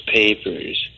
papers